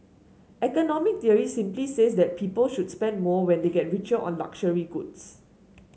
economic theory simply says that people should spend more when they get richer on luxury goods